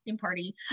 party